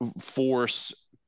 force